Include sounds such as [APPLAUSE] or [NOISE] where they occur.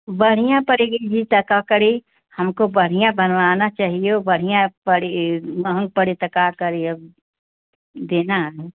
बढ़ियाँ पड़ेगी [UNINTELLIGIBLE] तो का करी हमको बढ़ियाँ बनवाना चाहिए वह बढ़ियाँ पड़ी महँग पड़ी तो का करी अब देना है ना